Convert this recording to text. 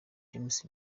james